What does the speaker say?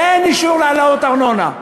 אין אישור להעלאות ארנונה.